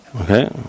Okay